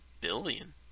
billion